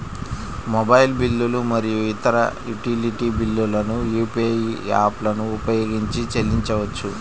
mobile బిల్లులు మరియు ఇతర యుటిలిటీ బిల్లులను యూ.పీ.ఐ యాప్లను ఉపయోగించి చెల్లించవచ్చు